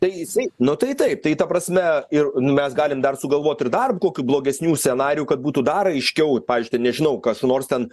tai jisai nu tai taip tai ta prasme ir nu mes galim dar sugalvot ir dar kokių blogesnių scenarijų kad būtų dar aiškiau pavyzdžiui ten nežinau kas nors ten